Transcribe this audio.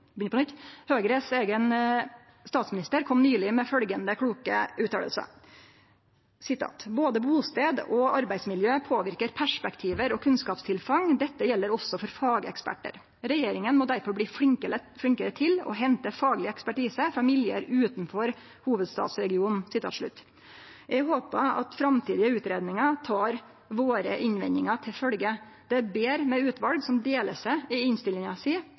distrikta. Høgres eigen statsminister kom nyleg med følgjande kloke utsegn: «Både bosted og arbeidsmiljø påvirker perspektiver og kunnskapstilfang, dette gjelder også for fageksperter. Regjeringen må derfor bli flinkere til å hente faglig ekspertise fra miljøer utenfor hovedstadsregionen.» Eg håpar at ein ved framtidige utgreiingar tek innvendingane våre til følgje. Det er betre med utval som deler seg i innstillinga si,